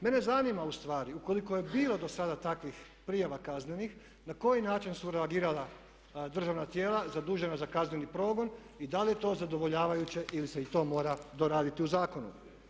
Mene zanima ustvari ukoliko je bilo dosada takvih prijava kaznenih na koji način su reagirala državna tijela zadužena za kazneni progon i da li je to zadovoljavajuće ili se i to mora doraditi u zakonu?